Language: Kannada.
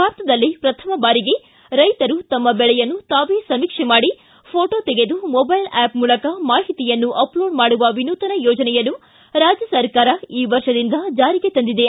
ಭಾರತದಲ್ಲೇ ಪ್ರಪ್ರಥಮ ಬಾರಿಗೆ ರೈತರು ತಮ್ಮ ಬೆಳೆಯನ್ನು ತಾವೇ ಸಮೀಕ್ಷೆ ಮಾಡಿ ಫೋಟೋ ತೆಗೆದು ಮೊಬೈಲ್ ಆಪ್ ಮೂಲಕ ಮಾಹಿತಿಯನ್ನು ಅಪ್ಲೋಡ್ ಮಾಡುವ ವಿನೂತನ ಯೋಜನೆಯನ್ನು ರಾಜ್ಯ ಸರ್ಕಾರ ಈ ವರ್ಷದಿಂದ ಜಾರಿಗೆ ತಂದಿದೆ